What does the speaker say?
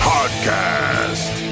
Podcast